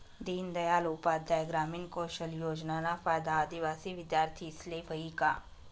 दीनदयाल उपाध्याय ग्रामीण कौशल योजनाना फायदा आदिवासी विद्यार्थीस्ले व्हयी का?